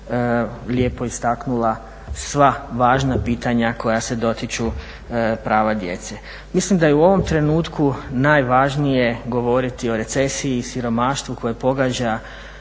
lijepo istaknula sva važna pitanja koja se dotiču prava djece. Mislim da je u ovom trenutku najvažnije govoriti o recesiji i siromaštvu koje pogađa